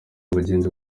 abagenzi